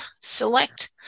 select